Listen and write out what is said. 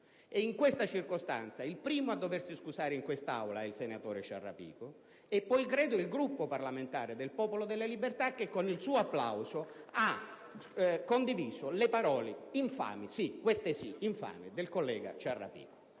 in questa circostanza il primo a doversi scusare in quest'Aula sia il senatore Ciarrapico, e poi il Gruppo parlamentare del Popolo della Libertà, che con il suo applauso ha condiviso le parole infami - queste sì, infami